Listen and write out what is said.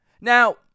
Now